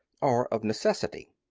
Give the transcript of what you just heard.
or of necessity.